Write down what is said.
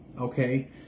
okay